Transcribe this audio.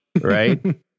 right